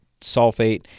sulfate